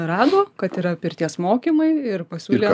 rado kad yra pirties mokymai ir pasiūlė